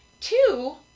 Two